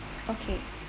okay